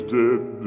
dead